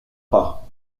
pas